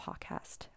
podcast